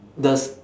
the s~